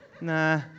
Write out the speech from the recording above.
Nah